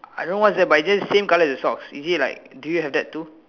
I don't know what is that but is it just the same colour as the socks is it like do you have that too